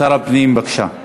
שר הפנים, בבקשה.